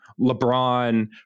LeBron